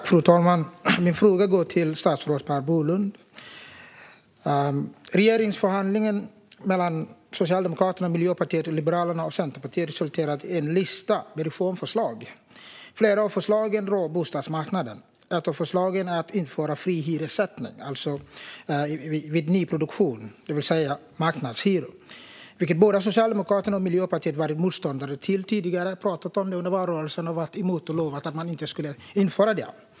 Fru talman! Min fråga går till statsrådet Per Bolund. Regeringsförhandlingen mellan Socialdemokraterna, Miljöpartiet, Liberalerna och Centerpartiet resulterade i en lista med reformförslag. Flera av dessa rör bostadsmarknaden. Ett av förslagen är att införa fri hyressättning vid nyproduktion, det vill säga marknadshyror, vilket både Socialdemokraterna och Miljöpartiet var motståndare till tidigare. Ni talade om det under valrörelsen och lovade att inte införa detta.